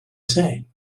say